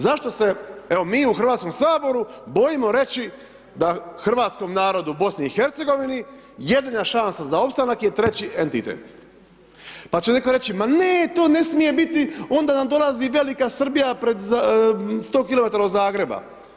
Zašto se, evo mi u HS-u bojimo reći da hrvatskom narodu u BiH jedina šansa za opstanak je treći entitet, pa će netko reći, ma ne to ne smije biti, onda nam dolazi velika Srbija pred 100 km od Zagreba.